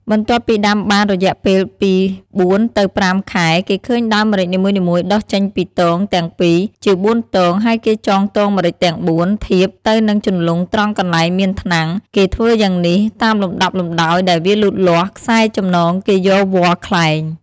បន្ទាប់ពីដាំបានរយៈពេលពី៤ទៅ៥ខែគេឃើញដើមម្រេចនីមួយៗដុះចេញពី ទងទាំង២ ជាបួនទងហើយគេចងទងម្រេចទាំង៤ ធៀបទៅនឹងជន្លង់ត្រង់កន្លែងមាន ថ្នាំង គេធ្វើយ៉ាងនេះ តាមលំដាប់លំដោយដែលវាលូតលាស់ ខ្សែចំណងគេយកវល្លិ៍ខ្លែង។